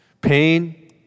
pain